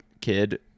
kid